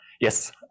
Yes